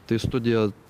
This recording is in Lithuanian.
tai studija